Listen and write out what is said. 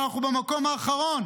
ואנחנו במקום האחרון.